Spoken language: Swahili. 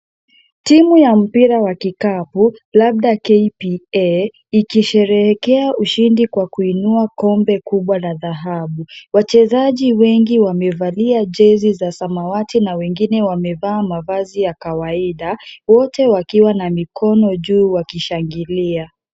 Timu ya mpira wa kikapu labda kpa ikisherehekea ushindi kwa kuinua kombe kubwa la dhahabu. Wachezaji wengi wamevalia jezi za samawati na wengine wamevaa mavazi ya kawaida, wote wakiwa na mikono juu wakishangilia.